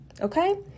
Okay